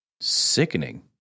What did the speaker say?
sickening